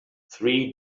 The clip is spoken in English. three